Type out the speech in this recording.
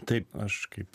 taip aš kaip